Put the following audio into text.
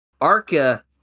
ARCA